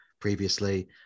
previously